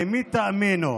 למי תאמינו?